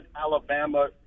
Alabama